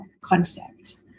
concept